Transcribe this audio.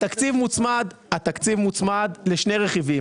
התקציב מוצמד לשני רכיבים.